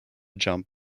jump